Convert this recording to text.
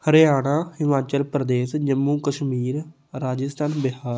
Haryana Himachal Pradesh Jammu Kashmir Rajasthan Bihar